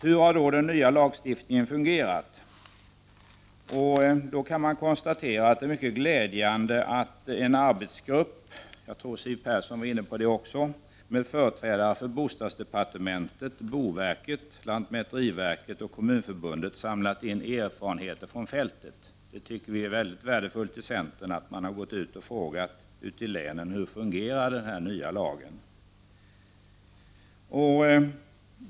Hur har då den nya lagstiftningen fungerat? Det är mycket glädjande att en arbetsgrupp med företrädare för bostadsdepartementet, boverket, lantmäteriverket och Kommunförbundet har samlat in erfarenheter från fältet. Jag tror att Siw Persson var inne på det också. Vi i centern tycker att det är värdefullt att man har gått ut i länen och frågat hur den nya lagen fungerar.